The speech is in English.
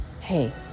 hey